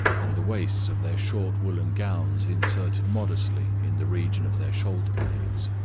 and the waists of their short woolen gowns inserted modestly in the region of their shoulder-blades.